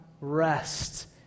rest